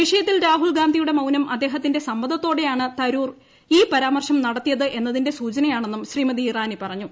വിഷയത്തിൽ രാഹുൽഗാന്ധിയുടെ മൌനം അദ്ദേഹത്തിന്റെ സമ്മതത്തോടെയാണ് തരൂർ ഈ പരാമർശം നടത്തിയത് എന്നതിന്റെ സൂചനയാണെന്നും ശ്രീമതി ഇറാനി പറഞ്ഞു